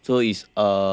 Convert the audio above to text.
so it's uh